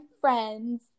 friends